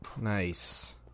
Nice